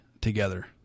together